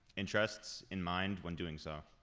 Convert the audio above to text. interests in mind when doing so.